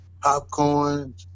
Popcorn